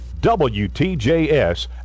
WTJS